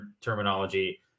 terminology